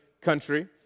country